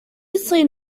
also